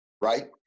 Right